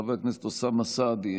חבר הכנסת אוסאמה סעדי,